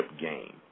game